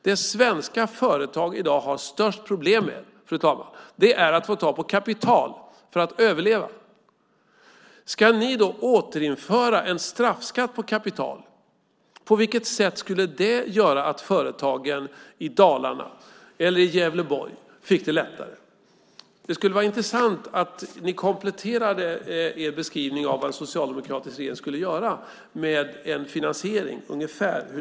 Det svenska företag i dag har störst problem med, fru talman, är att få tag på kapital för att överleva. Ska ni då återinföra en straffskatt på kapital? På vilket sätt skulle det göra att företagen i Dalarna eller i Gävleborg får det lättare? Det skulle vara intressant om ni kompletterade er beskrivning av vad en socialdemokratisk regering skulle göra med en finansiering.